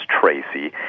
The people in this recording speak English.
Tracy